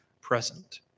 present